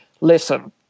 listen